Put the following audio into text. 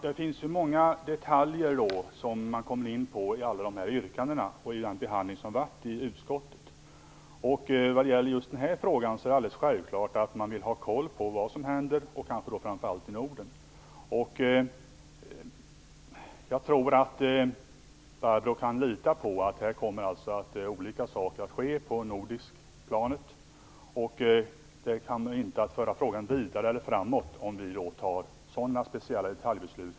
Herr talman! Det är många detaljer som man kommit in på i yrkandena och vid den behandling som skett i utskottet. Vad gäller just den här frågan är det alldeles självklart att man vill ha kontroll över vad som händer, kanske framför allt i Norden. Jag tror att Barbro Johansson kan lita på att olika saker kommer att ske på det nordiska planet, men det för inte frågan framåt om vi i riksdagen tar speciella detaljbeslut.